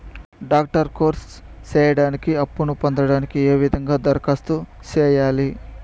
Doctor course సేయడానికి అప్పును పొందడానికి ఏ విధంగా దరఖాస్తు సేయాలి?